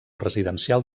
residencial